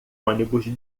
ônibus